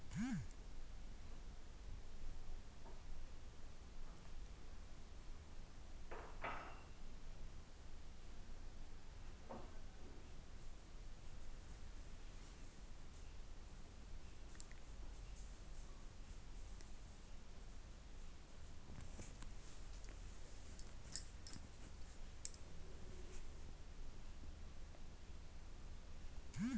cost of ತೆರಿಗೆಯನ್ನು ಸಹ ಒಳಗೊಂಡಿರುತ್ತದೆ